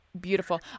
beautiful